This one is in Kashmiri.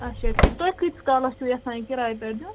اَچھا ٹھیٖک تُہۍ کٍتِس کالَس چھِو یَژھان یہِ کِراے پٮ۪ٹھ دیُن